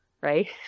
right